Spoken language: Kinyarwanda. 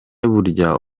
burya